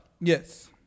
Yes